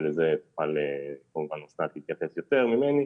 ולזה כמובן אסנת תתייחס יותר ממני,